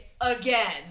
again